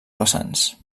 vessants